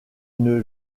une